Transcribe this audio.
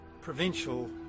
Provincial